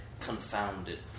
confounded